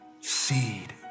seed